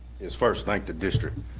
is first thank the district.